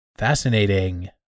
Fascinating